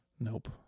Nope